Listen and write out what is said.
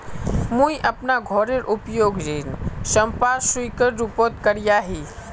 मुई अपना घोरेर उपयोग ऋण संपार्श्विकेर रुपोत करिया ही